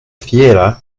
fiera